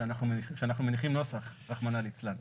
שאנחנו מניחים נוסח, רחמנא ליצלן.